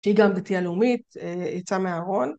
תהיה גם בתיאה לאומית, יצאה מהארון.